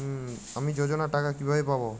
আমি যোজনার টাকা কিভাবে পাবো?